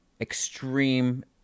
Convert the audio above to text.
extreme